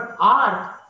art